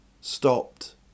stopped